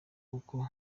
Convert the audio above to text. kuko